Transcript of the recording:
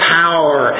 power